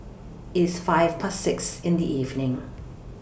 its five Past six in The evening